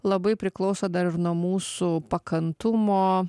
labai priklauso dar ir nuo mūsų pakantumo